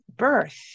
Birth